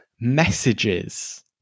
messages